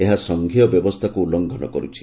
ଏହା ସଂଘୀୟ ବ୍ୟବସ୍ତାକୁ ଉଲ୍ଲଘନ କରୁଛି